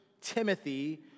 Timothy